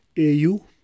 AU